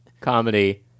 comedy